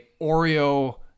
Oreo